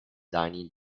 dining